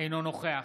אינו נוכח